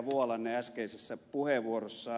vuolanne äskeisessä puheenvuorossaan